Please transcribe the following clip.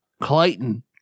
Clayton